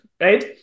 right